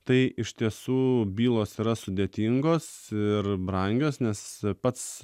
tai iš tiesų bylos yra sudėtingos ir brangios nes pats